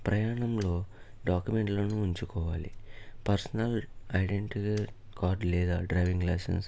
ప్రయాణంలో డాక్యూమెంట్లను ఉంచుకోవాలి పర్సనల్ ఐడెంటిటీ కార్డ్ లేదా డ్రైవింగ్ లైసెన్స్